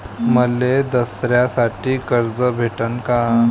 मले दसऱ्यासाठी कर्ज भेटन का?